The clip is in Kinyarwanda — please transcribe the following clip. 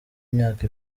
imyaka